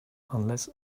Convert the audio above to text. unless